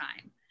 time